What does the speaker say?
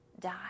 die